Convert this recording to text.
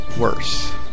worse